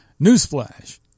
Newsflash